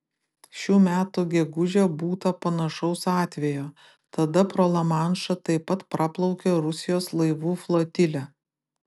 šių metų gegužę būta panašaus atvejo tada pro lamanšą taip pat praplaukė rusijos laivų flotilė